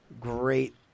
great